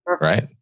Right